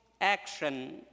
action